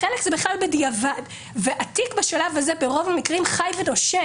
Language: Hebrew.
התיק, בשלב הזה, ברוב המקרים חי ונושם.